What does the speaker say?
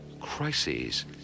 Crises